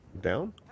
down